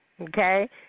okay